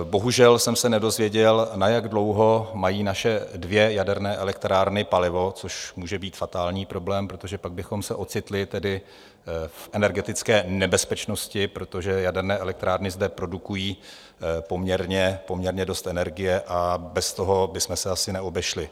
Bohužel jsem se nedozvěděl, na jak dlouho mají naše dvě jaderné elektrárny palivo, což může být fatální problém, protože pak bychom se ocitli tedy v energetické nebezpečnosti, protože jaderné elektrárny zde produkují poměrně dost energie a bez toho bychom se asi neobešli.